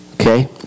Okay